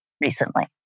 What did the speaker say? recently